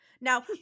Now